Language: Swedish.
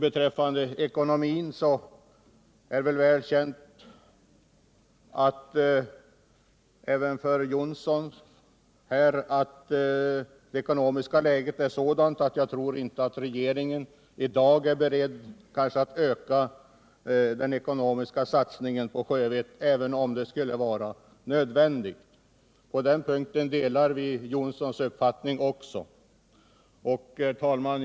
Beträffande ekonomin är det väl känt, även för Elver Jonsson, att det ekonomiska läget är sådant att jag inte tror regeringen i dag är beredd att öka satsningen på sjövett, även om det skulle vara nödvändigt. På den punkten delar vi också Elver Jonssons uppfattning. Herr talman!